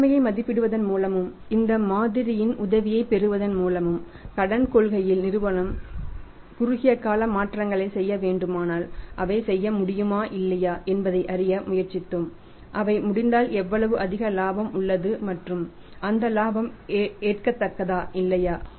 நிலைமையை மதிப்பிடுவதன் மூலமும் இந்த மாதிரியின் உதவியைப் பெறுவதன் மூலமும் கடன் கொள்கையில் நிறுவனம் குறுகிய கால மாற்றங்களைச் செய்ய வேண்டுமானால் அவை செய்ய முடியுமா இல்லையா என்பதை அறிய முயற்சித்தோம் அவை முடிந்தால் எவ்வளவு அதிக இலாபம் உள்ளது மற்றும் அந்த இலாபம் ஏற்கத்தக்கதா இல்லையா